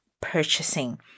purchasing